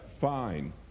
Fine